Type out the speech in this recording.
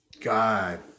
God